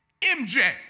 MJ